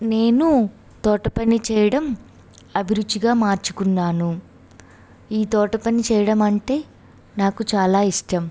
నేను తోట పని చేయడం అభిరుచిగా మార్చుకున్నాను ఈ తోట పని చేయడం అంటే నాకు చాలా ఇష్టం